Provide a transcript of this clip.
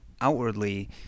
outwardly